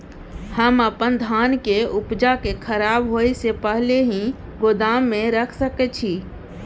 हम अपन धान के उपजा के खराब होय से पहिले ही गोदाम में रख सके छी?